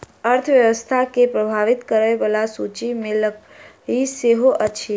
अर्थव्यवस्था के प्रभावित करय बला सूचि मे लकड़ी सेहो अछि